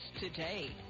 today